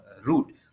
route